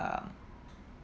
err